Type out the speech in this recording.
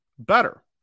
better